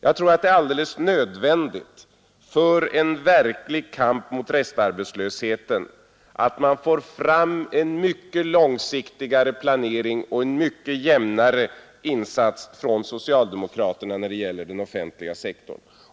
Jag tror att det är nödvändigt för en verklig kamp mot restarbetslösheten att man får till stånd en mycket långsiktigare planering och en väsentligt jämnare insats från socialdemokraterna när det gäller den offentliga sektorn.